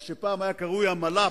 מה שפעם היה קרוי המל"פ,